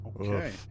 Okay